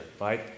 right